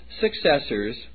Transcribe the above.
successors